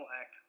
act